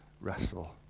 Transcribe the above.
wrestle